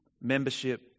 membership